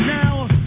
now